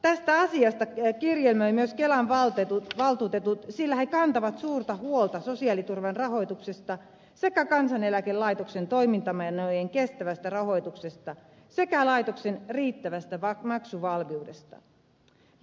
tästä asiasta kirjelmöivät myös kelan valtuutetut sillä he kantavat suurta huolta sosiaaliturvan rahoituksesta sekä kansaneläkelaitoksen toimintamenojen kestävästä rahoituksesta sekä laitoksen riittävästä maksuvalmiudesta